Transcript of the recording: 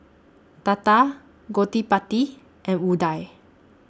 Tata Gottipati and Udai